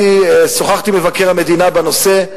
שוחחתי עם מבקר המדינה בנושא,